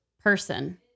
person